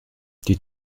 die